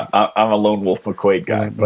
i'm a lone wolf mccoy guy, but